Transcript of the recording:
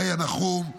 איה נחום,